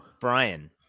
brian